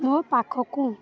ମୋ ପାଖକୁ